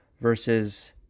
versus